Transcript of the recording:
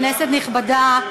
כנסת נכבדה,